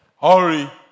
Hurry